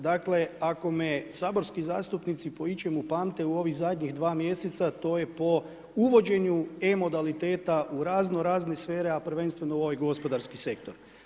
Dakle ako me saborski zastupnici po ičemu pamte u ovih zadnjih 2 mjeseca, to je po uvođenju e modaliteta u razno razne sfere, a prvenstveno u ovaj gospodarski sektor.